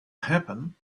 happen